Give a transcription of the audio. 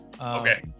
Okay